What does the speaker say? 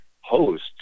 host